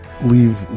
leave